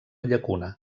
llacuna